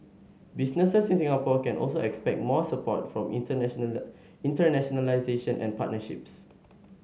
businesses in Singapore can also expect more support for internationalisation and partnerships